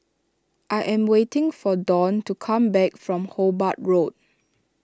I am waiting for Dawn to come back from Hobart Road